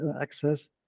access